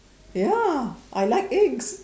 ya I like eggs